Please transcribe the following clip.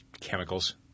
chemicals